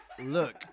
Look